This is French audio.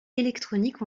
électroniques